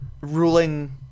ruling